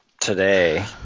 today